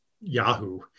yahoo